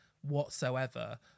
whatsoever